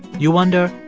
you wonder,